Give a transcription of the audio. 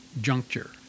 juncture